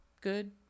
good